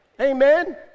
Amen